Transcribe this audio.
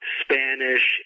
Spanish